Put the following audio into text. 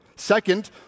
Second